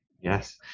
Yes